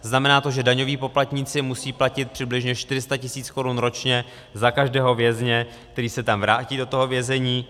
Znamená to, že daňoví poplatníci musí platit přibližně 400 tisíc korun ročně za každého vězně, který se vrátí do toho vězení.